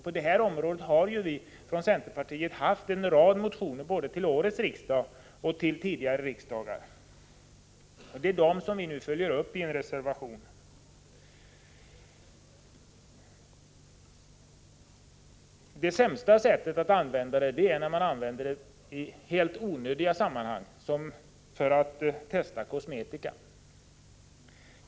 På det här området har vi från centerpartiet väckt en rad motioner både till årets riksdag och till tidigare riksdagar, och det är dessa reservationer som vi nu följer upp i en reservation. Det sämsta sättet att använda djurförsök på är att använda dem i helt onödiga sammanhang, som t.ex. vid tester av kosmetika.